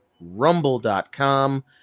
Rumble.com